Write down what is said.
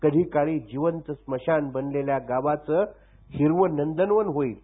कधीकाळी जिवंत स्मशान बनलेल्या गावांचं हिरवं नंदनवन होईल